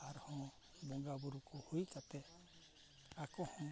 ᱟᱨ ᱦᱚᱸ ᱵᱚᱸᱜᱟ ᱵᱳᱨᱳ ᱠᱚ ᱦᱩᱭ ᱠᱟᱛᱮ ᱟᱠᱚ ᱦᱚᱸ